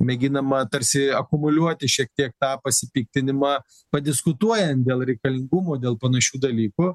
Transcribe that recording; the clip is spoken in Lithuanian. mėginama tarsi akumuliuoti šiek tiek tą pasipiktinimą padiskutuojant dėl reikalingumo dėl panašių dalykų